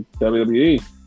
WWE